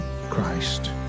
Christ